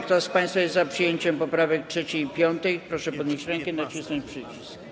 Kto z państwa jest za przyjęciem poprawek 3. i 15., proszę podnieść rękę i nacisnąć przycisk.